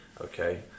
okay